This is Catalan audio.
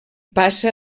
passa